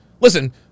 Listen